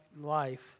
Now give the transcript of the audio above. life